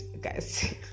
guys